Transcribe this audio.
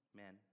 men